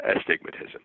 astigmatism